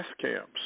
camps